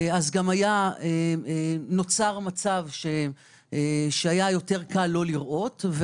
אז נוצר מצב שהיה יותר קל לא לראות.